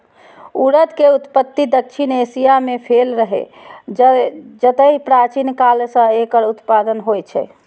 उड़द के उत्पत्ति दक्षिण एशिया मे भेल रहै, जतय प्राचीन काल सं एकर उत्पादन होइ छै